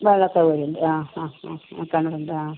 വെള്ളം സൗകര്യം ഉണ്ട് ആ ആ ആ ആ കിണറുണ്ട് ആ